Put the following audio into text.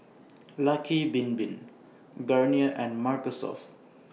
Lucky Bin Bin Garnier and Mark Soft